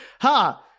ha